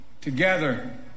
Together